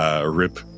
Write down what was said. Rip